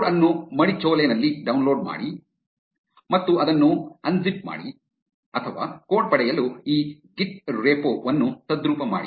code ಅನ್ನು ಮಡಿಚೋಲೆನಲ್ಲಿ download ಮಾಡಿ ಮತ್ತು ಅದನ್ನು ಅನ್ಜಿಪ್ ಮಾಡಿ ಅಥವಾ ಕೋಡ್ ಪಡೆಯಲು ಈ ಗಿಟ್ ರೆಪೋ ವನ್ನು ತದ್ರೂಪ ಮಾಡಿ